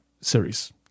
series